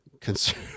concern